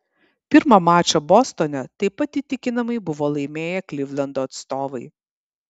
pirmą mačą bostone taip pat įtikinamai buvo laimėję klivlando atstovai